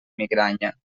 migranya